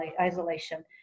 isolation